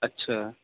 اچھا